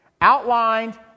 outlined